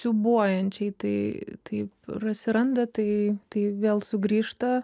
siūbuojančiai tai taip atsiranda tai tai vėl sugrįžta